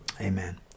Amen